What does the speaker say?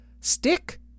stick